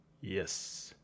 yes